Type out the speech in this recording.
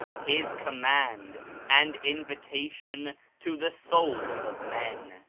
his command and invitation to the souls of men.